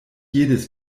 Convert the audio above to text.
jedes